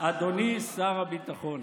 אדוני שר הביטחון,